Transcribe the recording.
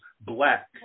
black